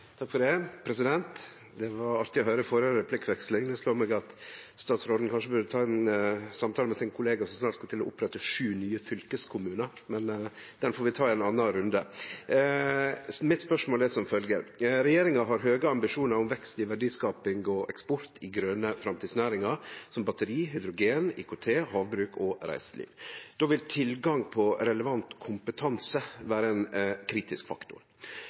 Det var artig å høyre førre replikkvekslinga. Kanskje burde statsråden ta ein samtale med sin kollega som skal til å opprette sju nye fylkeskommunar, men dette får vi ta i ein annan runde. Mitt spørsmål er som følgjer: «Regjeringa har høge ambisjonar om vekst i verdiskaping og eksport i grøne framtidsnæringar som batteri, hydrogen, IKT, havbruk og reiseliv. Då vil tilgang på relevant kompetanse vere ein kritisk faktor.